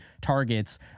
targets